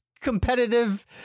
competitive